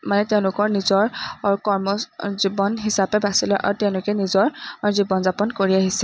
মানে তেওঁলোকৰ নিজৰ কৰ্ম জীৱন হিচাপে বাছি লয় আৰু তেওঁলোকে নিজৰ জীৱন যাপন কৰি আহিছে